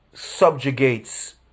subjugates